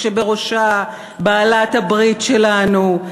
כשבראשה בעלת-הברית שלנו,